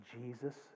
Jesus